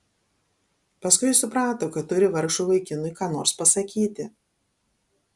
paskui ji suprato kad turi vargšui vaikinui ką nors pasakyti